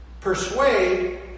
persuade